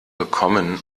gekommen